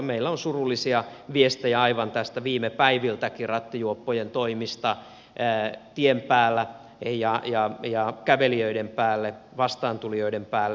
meillä on surullisia viestejä aivan tästä viime päiviltäkin rattijuoppojen toimista tien päällä ja kävelijöiden päälle vastaantulijoiden päälle